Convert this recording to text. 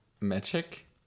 Magic